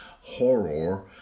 horror